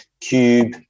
Cube